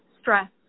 stress